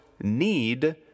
need